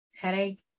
headache